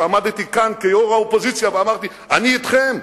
שעמדתי כאן כיושב-ראש האופוזיציה ואמרתי: אני אתכם,